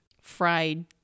fried